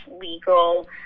legal